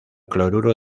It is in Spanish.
cloruro